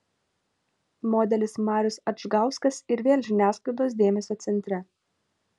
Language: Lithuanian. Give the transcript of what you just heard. modelis marius adžgauskas ir vėl žiniasklaidos dėmesio centre